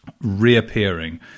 reappearing